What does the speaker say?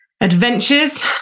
adventures